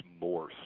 more